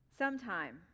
Sometime